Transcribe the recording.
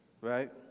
right